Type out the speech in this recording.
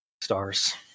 stars